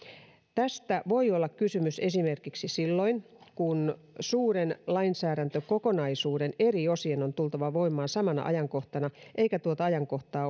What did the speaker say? tästä voi olla kysymys esimerkiksi silloin kun suuren lainsäädäntökokonaisuuden eri osien on tultava voimaan samana ajankohtana eikä tuota ajankohtaa